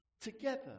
together